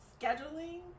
scheduling